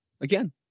again